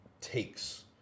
takes